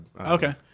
okay